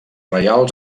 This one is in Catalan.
reials